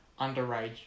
underage